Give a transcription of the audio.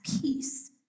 peace